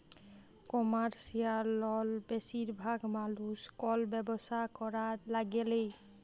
commercial লল বেশিরভাগ মালুস কল ব্যবসা ক্যরার ল্যাগে লেই